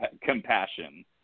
compassion